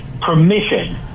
permission